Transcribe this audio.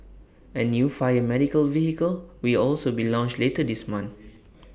A new fire medical vehicle will also be launched later this month